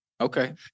Okay